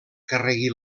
carregui